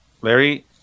larry